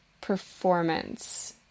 performance